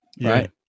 right